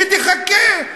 שתחכה.